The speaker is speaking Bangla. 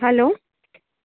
হ্যালো